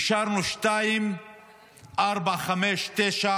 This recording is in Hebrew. אישרנו 2.459